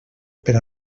per